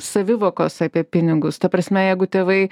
savivokos apie pinigus ta prasme jeigu tėvai